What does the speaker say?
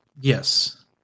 Yes